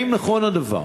1. האם נכון הדבר?